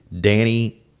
Danny